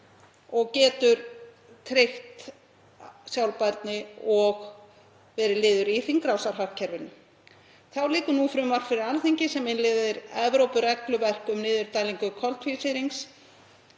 og getur tryggt sjálfbærni og verið liður í hringrásarhagkerfinu. Þá liggur frumvarp fyrir Alþingi sem innleiðir Evrópuregluverk um niðurdælingu koltvísýrings.